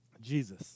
Jesus